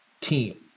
team